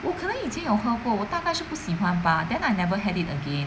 我可能已经有喝过我大概是不喜欢吧 then I never had it again